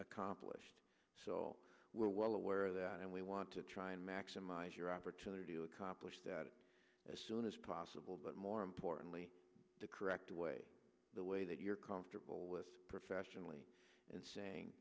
accomplished so we're well aware that and we want to try and maximize your opportunity to accomplish that as soon as possible but more importantly the correct way the way that you're comfortable with professionally and saying